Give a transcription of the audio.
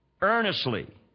Earnestly